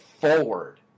forward—